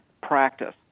practice